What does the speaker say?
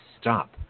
stop